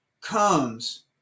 comes